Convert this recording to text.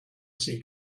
see